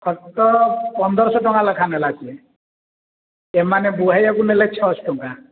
ଖତ ପନ୍ଦରଶହ ଟଙ୍କା ଲେଖାଏଁ ନେଲା ସିଏ ସେମାନେ ବୁହାଇବାକୁ ନେଲେ ଛଅଶହ ଟଙ୍କା